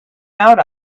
out